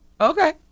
Okay